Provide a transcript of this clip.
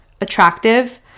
attractive